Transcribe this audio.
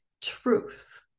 truth